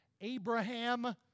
Abraham